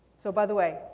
so, by the way,